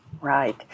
Right